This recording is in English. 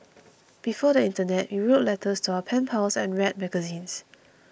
before the internet we wrote letters to our pen pals and read magazines